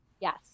Yes